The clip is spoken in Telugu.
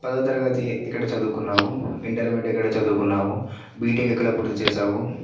పదవ తరగతి ఎక్కడ చదువుకున్నావు ఇంటర్మీడియట్ ఎక్కడ చదువుకున్నావు బీటెక్ ఎక్కడ ఎప్పుడు చేసావు